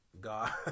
God